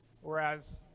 whereas